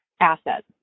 asset